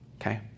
okay